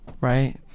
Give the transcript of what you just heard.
Right